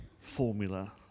formula